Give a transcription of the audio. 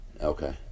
Okay